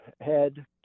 head